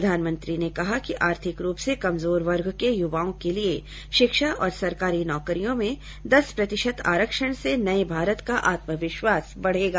प्रधानमंत्री ने कहा कि आर्थिक रूप से कमजोर वर्ग के युवाओं के लिए शिक्षा और सरकारी नौकरियों में दस प्रतिशत आरक्षण से नये भारत का आत्मविश्वास बढ़ेगा